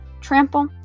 trample